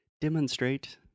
demonstrate